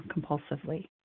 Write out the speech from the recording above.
compulsively